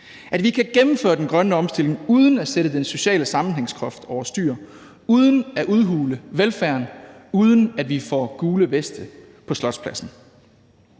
at vi kan gennemføre den grønne omstilling uden at sætte den sociale sammenhængskraft over styr, uden at udhule velfærden, uden at vi får gule veste på Slotspladsen.